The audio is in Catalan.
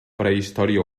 prehistòria